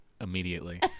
immediately